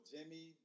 Jimmy